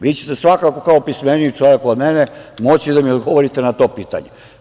Vi ćete svakako, kao pismeniji čovek od mene, moći da mi odgovorite na to pitanje.